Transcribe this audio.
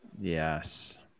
Yes